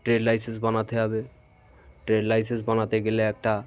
trade licence বানাতে হবে trade licence বানাতে গেলে একটা